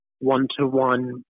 one-to-one